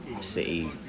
City